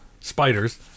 spiders